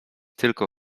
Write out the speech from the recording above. tylko